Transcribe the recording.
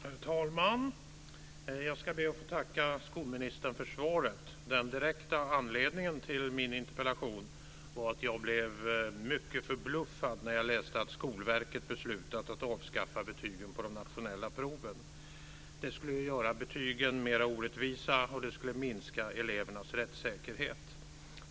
Herr talman! Jag ska be att få tacka skolministern för svaret. Den direkta anledningen till min interpellation var att jag blev mycket förbluffad när jag läste att Skolverket beslutat att avskaffa betygen på de nationella proven. Det skulle göra betygen mer orättvisa, och det skulle minska elevernas rättssäkerhet.